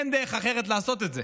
אין דרך אחרת לעשות את זה.